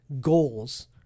goals